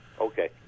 Okay